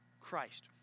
Christ